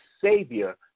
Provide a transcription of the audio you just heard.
savior